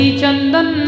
chandan